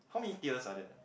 how many tiers are there